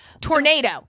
Tornado